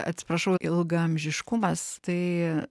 atsiprašau ilgaamžiškumas tai